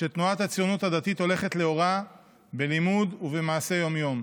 שתנועת הציונות הדתית הולכת לאורה בלימוד ובמעשה יום-יום.